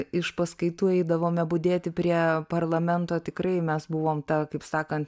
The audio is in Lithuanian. iš paskaitų eidavome budėti prie parlamento tikrai mes buvom ta kaip sakant